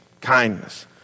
kindness